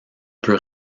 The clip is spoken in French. peut